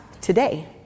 today